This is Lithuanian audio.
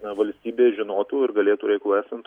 na valstybė žinotų ir galėtų reikalui esant